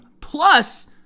plus